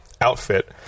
outfit